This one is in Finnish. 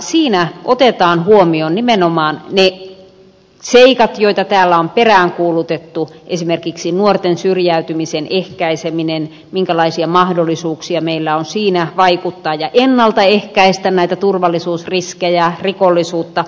siinä otetaan huomioon nimenomaan ne seikat joita täällä on peräänkuulutettu esimerkiksi nuorten syrjäytymisen ehkäiseminen minkälaisia mahdollisuuksia meillä on siinä vaikuttaa ja ennalta ehkäistä näitä turvallisuusriskejä rikollisuutta